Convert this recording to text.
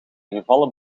gevallen